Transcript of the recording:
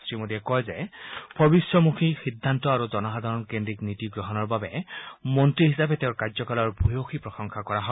শ্ৰীমোদীয়ে কয় ভৱিষ্যমুখী সিদ্ধান্ত আৰু জনসাধাৰণ কেন্দ্ৰিক নীতি গ্ৰহণৰ বাবে মন্ত্ৰী হিচাপে তেওঁৰ কাৰ্য্যকালৰ ভূয়যী প্ৰশংসা কৰা হয়